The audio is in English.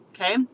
Okay